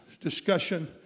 discussion